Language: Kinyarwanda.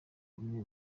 bamwe